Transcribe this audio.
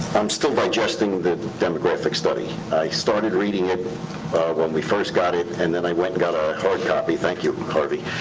i'm still digesting the demographic study. i started reading it when we first got it, and then i went and got a hard copy, thank you, harvey.